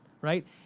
right